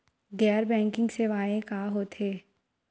गैर बैंकिंग सेवाएं का होथे?